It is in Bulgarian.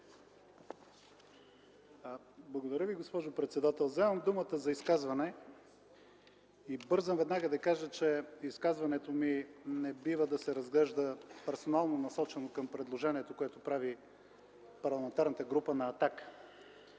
Благодаря Ви, госпожо председател. Вземам думата за изказване и бързам веднага да кажа, че изказването ми не бива да се разглежда персонално насочено към предложението, което прави Парламентарната група на